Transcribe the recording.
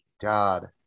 God